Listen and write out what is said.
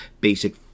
basic